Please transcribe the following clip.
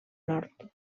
nord